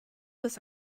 des